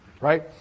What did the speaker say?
right